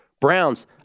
Browns